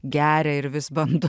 geria ir vis bando